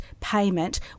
payment